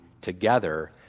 together